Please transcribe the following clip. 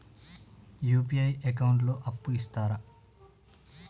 UPI account లో అప్పు ఇస్తరా?